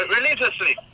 Religiously